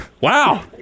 Wow